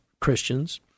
Christians